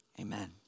amen